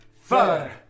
four